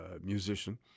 musician